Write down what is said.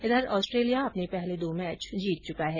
इधर ऑस्ट्रेलिया अपने पहले दो मैच जीत चुका है